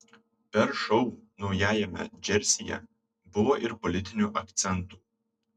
per šou naujajame džersyje buvo ir politinių akcentų